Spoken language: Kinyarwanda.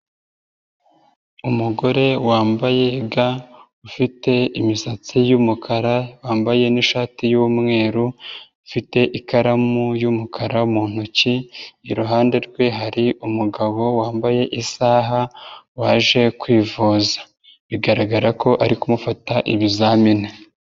Umugore wambaye ga ufite imisatsi y'umukara, wambaye n'ishati y'umweru ufite ikaramu y'umukara mu ntoki, iruhande rwe hari umugabo wambaye isaha waje kwivuza bigaragara ko ari kumufata ibizamini.